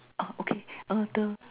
oh okay uh the